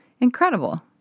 incredible